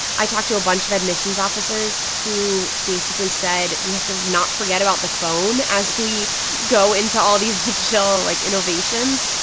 i talked to a bunch of admissions officers who basically said, we have to not forget about the phone as we go into all these digital, like, innovations.